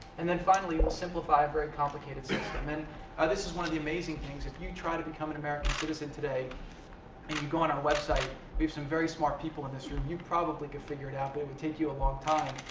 and then, finally, we'll simplify a very complicated system. and then this is one of the amazing things if you try to become an american citizen today and you go on our website we have some very smart people in this room you probably could figure it out, but it would take you a long time.